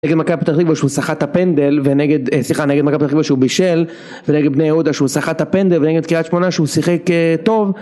נגד מכבי פתח תקווה שהוא סחט ת'פנדל ונגד סליחה נגד מכבי פתח תקוה שהוא בישל ונגד בני יהודה שהוא סחט ת'פנדל ונגד קריאת שמונה שהוא שיחק טוב